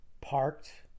parked